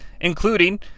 including